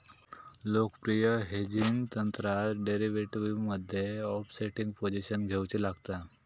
लोकप्रिय हेजिंग तंत्रात डेरीवेटीवमध्ये ओफसेटिंग पोझिशन घेउची लागता